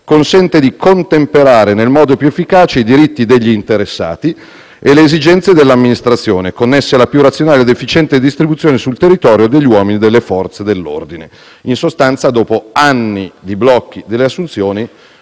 consente di contemperare nel modo più efficace i diritti degli interessati e le esigenze dell'amministrazione connesse alla più razionale ed efficiente distribuzione sul territorio degli uomini delle Forze dell'ordine. In sostanza, dopo anni di blocchi delle assunzioni,